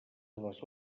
les